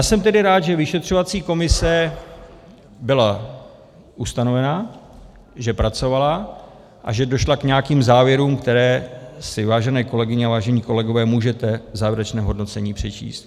Jsem tedy rád, že vyšetřovací komise byla ustanovena, že pracovala a že došla k nějakým závěrům, které si, vážené kolegyně a vážení kolegové, můžete v závěrečném hodnocení přečíst.